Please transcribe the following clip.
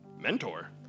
Mentor